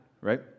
right